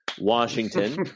Washington